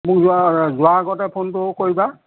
মোক যোৱাৰ যোৱাৰ আগতে ফোনটো কৰিবা